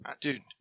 dude